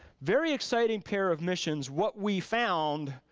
very exciting pair of missions. what we found,